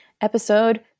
episode